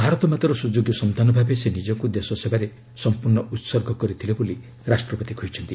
ଭାରତ ମାତାର ସ୍ରଯୋଗ୍ୟ ସନ୍ତାନ ଭାବେ ସେ ନିଜକୁ ଦେଶ ସେବାରେ ସମ୍ପର୍ଣ୍ଣ ଉତ୍ସର୍ଗ କରିଥିଲେ ବୋଲି ରାଷ୍ଟ୍ରପତି କହିଛନ୍ତି